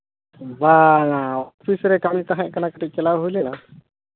ᱵᱟᱝᱟ ᱚᱯᱷᱤᱥ ᱨᱮ ᱠᱟᱹᱢᱤ ᱛᱟᱦᱮᱸᱠᱟᱱᱟ ᱠᱟᱹᱴᱤᱡ ᱪᱟᱞᱟᱣ ᱦᱩᱭ ᱞᱮᱱᱟ